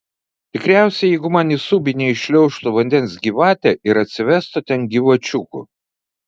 tikriausiai jeigu man į subinę įšliaužtų vandens gyvatė ir atsivestų ten gyvačiukų